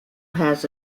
has